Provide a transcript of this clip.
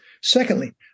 Secondly